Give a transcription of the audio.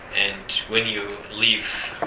and when you leave